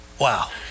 Wow